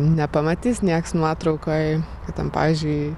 nepamatys nieks nuotraukoj kad ten pavyzdžiui